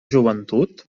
joventut